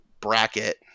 bracket